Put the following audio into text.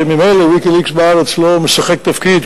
שממילא "ויקיליקס" בארץ לא משחק תפקיד,